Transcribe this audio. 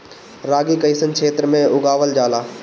रागी कइसन क्षेत्र में उगावल जला?